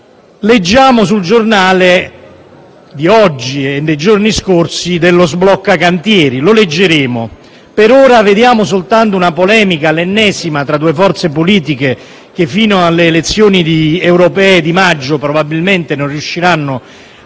Leggiamo sul giornale di oggi e nei giorni scorsi dello sblocca cantieri; lo leggeremo. Per ora vediamo soltanto una polemica, l'ennesima, tra due forze politiche che, fino alle elezioni europee di maggio, probabilmente non riusciranno a